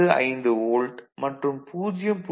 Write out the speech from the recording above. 95 volt மற்றும் 0